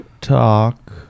talk